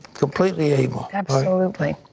completely able. absolutely.